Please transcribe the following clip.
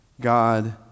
God